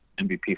MVP